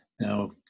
Now